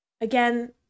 again